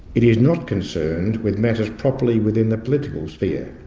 it is not concerned with matters properly within the political sphere,